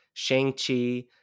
Shang-Chi